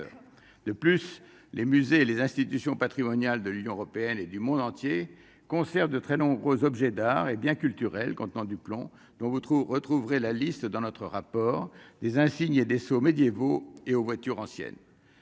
de plus, les musées, les institutions patrimoniales de l'Union européenne et du monde entier conserve de très nombreux objets d'art et biens culturels contenant du plomb dont vous trop retrouverez la liste dans notre rapport, les insignes et des médiévaux et aux voitures anciennes